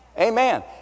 Amen